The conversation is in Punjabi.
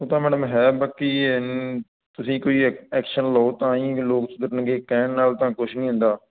ਉਹ ਤਾਂ ਮੈਡਮ ਹੈ ਬਾਕੀ ਤੁਸੀਂ ਕੋਈ ਐਕਸ਼ਨ ਲਓ ਤਾਂ ਹੀ ਲੋਕ ਸੁਧਰਨਗੇ ਕਹਿਣ ਨਾਲ ਤਾਂ ਕੁਛ ਨਹੀਂ ਹੁੰਦਾ